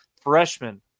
freshman